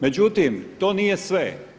Međutim, to nije sve.